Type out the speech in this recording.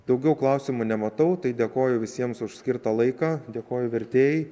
daugiau klausimų nematau tai dėkoju visiems už skirtą laiką dėkoju vertėjai